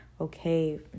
okay